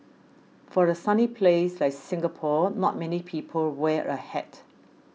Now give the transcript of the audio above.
for a sunny place like Singapore not many people wear a hat